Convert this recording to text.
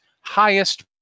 highest